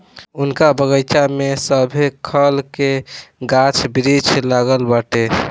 उनका बगइचा में सभे खल के गाछ वृक्ष लागल बाटे